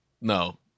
no